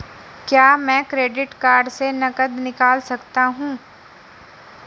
क्या मैं credit card से नकद निकाल सकता हूँ?